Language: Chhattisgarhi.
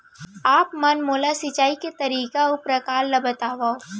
आप मन मोला सिंचाई के तरीका अऊ प्रकार ल बतावव?